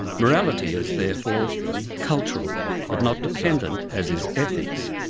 morality is therefore cultural, but not dependent, as is ethics,